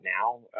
now